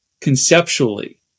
conceptually